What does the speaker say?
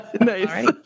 Nice